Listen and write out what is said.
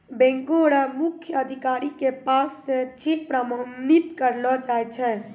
बैंको र मुख्य अधिकारी के पास स चेक प्रमाणित करैलो जाय छै